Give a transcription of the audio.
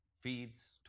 Feeds